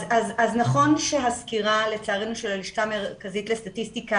לצערנו נכון שהסקירה של הלשכה המרכזית לסטטיסטיקה